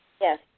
Yes